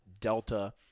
Delta